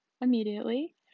immediately